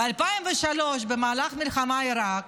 ב-2003, במהלך המלחמה בעיראק,